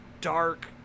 dark